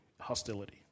hostility